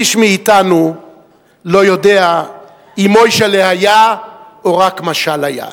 איש מאתנו לא יודע אם מוישל'ה היה או רק משל היה,